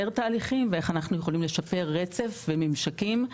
תהליכים ואיך אנחנו יכולים לשפר רצף וממשקים.